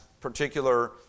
particular